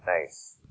Nice